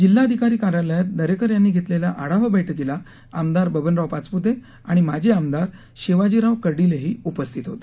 जिल्हाधिकारी कार्यालयात दरेकर यांनी घेतलेल्या आढावा बैठकीला आमदार बबनराव पाचप्ते आणि माजी आमदार शिवाजीराव कर्डिलेही उपस्थित होते